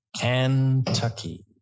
Kentucky